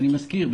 אני מזכיר,